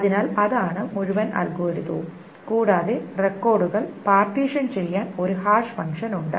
അതിനാൽ അതാണ് മുഴുവൻ അൽഗോരിതവും കൂടാതെ റെക്കോർഡുകൾ പാർട്ടീഷൻ ചെയ്യാൻ ഒരു ഹാഷ് ഫംഗ്ഷൻ ഉണ്ട്